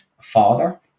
father